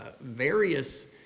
various